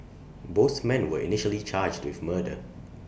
both men were initially charged with murder